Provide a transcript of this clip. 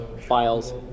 files